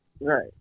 Right